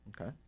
Okay